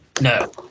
no